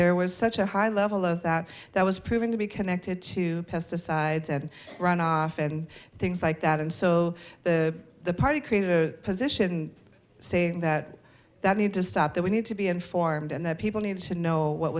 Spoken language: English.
there was such a high level of that that was proving to be connected to pesticides and runoff and things like that and so the party created a position saying that that need to stop that we need to be informed and that people need to know what